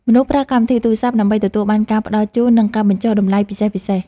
មនុស្សប្រើកម្មវិធីទូរសព្ទ ដើម្បីទទួលបានការផ្ដល់ជូន និងការបញ្ចុះតម្លៃពិសេសៗ។